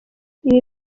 ibi